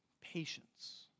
patience